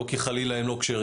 לא כי חלילה הם לא כשרים.